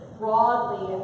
broadly